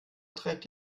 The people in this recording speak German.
trägt